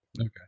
okay